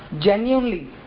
genuinely